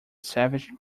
savage